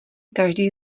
každý